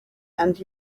and